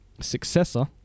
successor